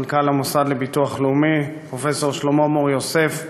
מנכ"ל המוסד לביטוח לאומי פרופסור שלמה מור-יוסף,